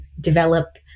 develop